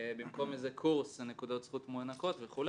במקום איזה קורס נקודות זכות מוענקות וכו',